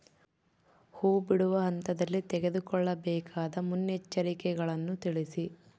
ಹೂ ಬಿಡುವ ಹಂತದಲ್ಲಿ ತೆಗೆದುಕೊಳ್ಳಬೇಕಾದ ಮುನ್ನೆಚ್ಚರಿಕೆಗಳನ್ನು ತಿಳಿಸಿ?